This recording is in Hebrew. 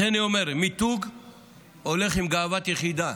לכן אני אומר: מיתוג הולך עם גאוות יחידה.